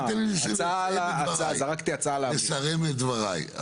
תן לי לסיים את דבריי.